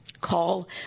call